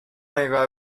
نگاهی